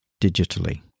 digitally